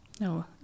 No